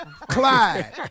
Clyde